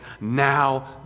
Now